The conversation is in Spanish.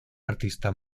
artista